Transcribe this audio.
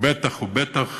ובטח ובטח